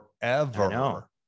forever